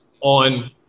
on